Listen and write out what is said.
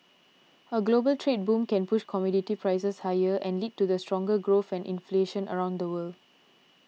a global trade boom can push commodity prices higher and lead to stronger growth and inflation around the world